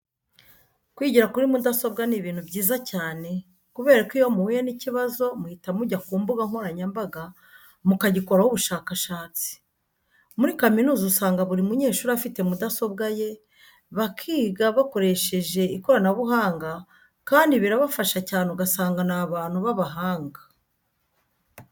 Kwigira kuri mudasobwa ni ibintu byiza cyane kubera ko iyo muhuye n'ikibazo muhita mujya ku mbuga nkoranyambaga mukagikoraho ubushakashatsi. Muri kaminuza usanga buri munyeshuri afite mudasobwa ye, bakiga bakoresheje ikoranabuhanga kandi birabafasha cyane ugasanga ni abantu b'abahanga.